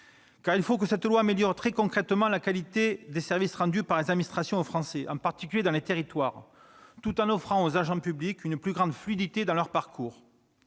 Car il faut que ce texte améliore très concrètement la qualité des services rendus par les administrations aux Français, en particulier dans les territoires, tout en offrant aux agents publics une plus grande fluidité de leurs parcours.